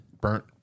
Burnt